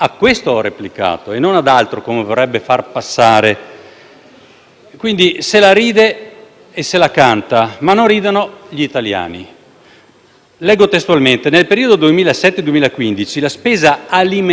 Quindi, se la ride e se la canta, ma non ridono gli italiani. Leggo testualmente: «del periodo 2007-2015 la spesa alimentare è diminuita in media del 12,2